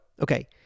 okay